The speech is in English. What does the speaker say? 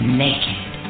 naked